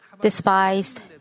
despised